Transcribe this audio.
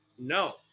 No